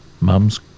Mum's